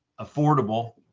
affordable